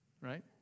right